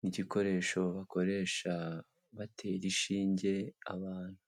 n'igikoresho bakoresha batera inshinge abantu.